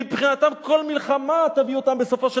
כי מבחינתם היא תביא אותם בסופו של